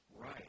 right